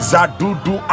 Zadudu